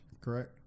correct